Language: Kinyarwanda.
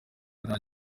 nta